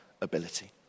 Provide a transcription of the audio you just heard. ability